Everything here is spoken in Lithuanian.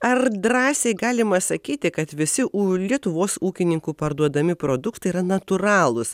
ar drąsiai galima sakyti kad visi už lietuvos ūkininkų parduodami produktai yra natūralūs